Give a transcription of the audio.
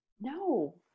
No